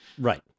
Right